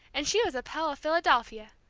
and she was a pell of philadelphia,